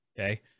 Okay